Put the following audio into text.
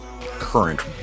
current